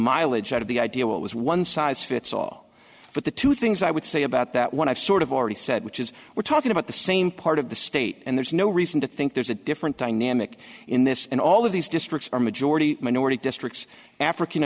mileage out of the idea what was one size fits all but the two things i would say about that one i've sort of already said which is we're talking about the same part of the state and there's no reason to think there's a different dynamic in this and all of these districts are majority minority districts african